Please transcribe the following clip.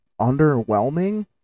underwhelming